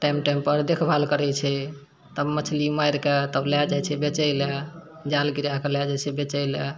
time टाइमपर देखभाल करय छै तब मछली मारिके तब लए जाइ छै बेचय लए जाल गिराके लए जाइ छै बेचय लए